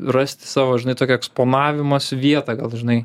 rasti savo žinai tokią eksponavimosi vietą gal žinai